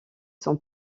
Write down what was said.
son